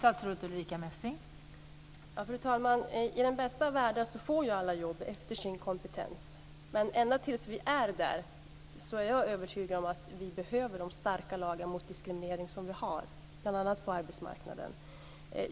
Fru talman! I den bästa av världar får alla jobb efter sin kompetens. Ända tills vi är där är jag övertygad om att vi behöver de starka lagar mot diskriminering som vi har, bl.a. på arbetsmarknaden.